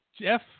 Jeff